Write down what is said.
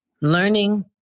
Learning